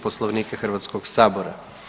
Poslovnika Hrvatskog sabora.